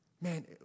Man